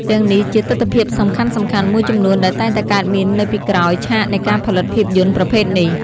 ទាំងនេះជាទិដ្ឋភាពសំខាន់ៗមួយចំនួនដែលតែងតែកើតមាននៅពីក្រោយឆាកនៃការផលិតភាពយន្តប្រភេទនេះ។